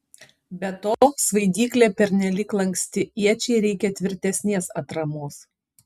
be to svaidyklė pernelyg lanksti iečiai reikia tvirtesnės atramos